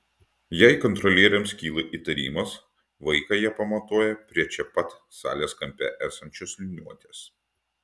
jei kontrolieriams kyla įtarimas vaiką jie pamatuoja prie čia pat salės kampe esančios liniuotės